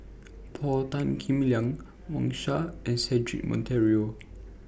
Paul Tan Kim Liang Wang Sha and Cedric Monteiro